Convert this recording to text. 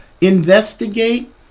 investigate